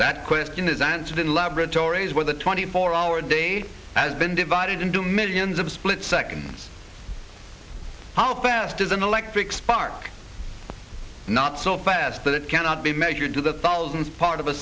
that question is answered in laboratories where the twenty four hour day has been divided into millions of split seconds how fast does an electric spark not so fast that it cannot be measured to the thousandth part of a